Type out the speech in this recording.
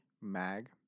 mag